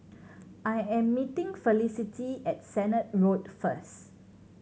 I am meeting Felicity at Sennett Road first